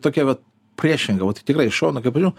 tokia va priešinga vat tikrai iš šono kai pažiūri